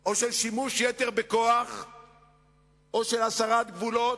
או של שימוש יתר בכוח או של הסרת גבולות?